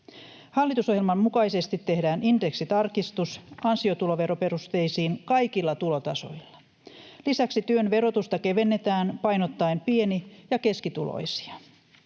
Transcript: Hallitusohjelman mukaisesti tehdään indeksitarkistus ansiotuloveroperusteisiin kaikilla tulotasoilla. Lisäksi työn verotusta kevennetään painottaen pieni- ja keskituloisia.